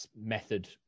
method